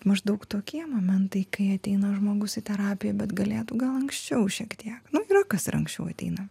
maždaug tokie momentai kai ateina žmogus į terapiją bet galėtų gal anksčiau šiek tiek nu yra kas ir anksčiau ateina